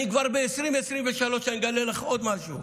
אני אגלה לך עוד משהו: